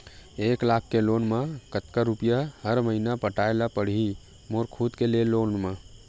एक लाख के लोन मा कतका रुपिया हर महीना पटाय ला पढ़ही मोर खुद ले लोन मा?